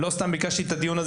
לא סתם ביקשתי את הדיון,